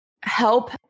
help